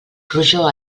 rojor